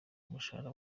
umushahara